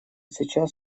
сейчас